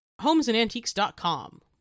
homesandantiques.com